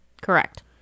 Correct